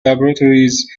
laboratories